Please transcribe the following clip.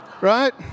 right